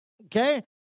okay